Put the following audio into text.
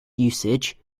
usage